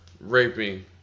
raping